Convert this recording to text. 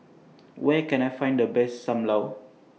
Where Can I Find The Best SAM Lau